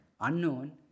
unknown